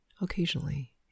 occasionally